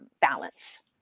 balance